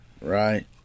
right